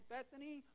Bethany